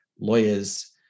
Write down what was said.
lawyers